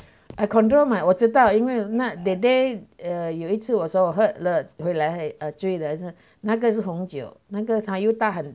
I control my 我知道因为 not that day err 有一次我说我喝了回来醉醉了那个是红酒那个他又喊